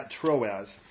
Troas